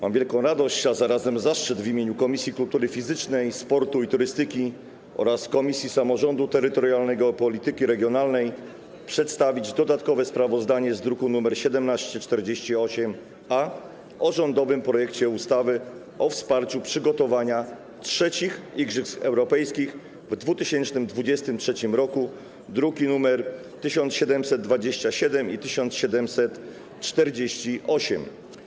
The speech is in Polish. Mam wielką radość, a zarazem zaszczyt przedstawić w imieniu Komisji Kultury Fizycznej, Sportu i Turystyki oraz Komisji Samorządu Terytorialnego i Polityki Regionalnej dodatkowe sprawozdanie z druku nr 1748-A o rządowym projekcie ustawy o wsparciu przygotowania III Igrzysk Europejskich w 2023 r., druki nr 1727 i 1748.